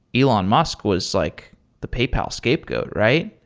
elon musk was like the paypal scapegoat, right?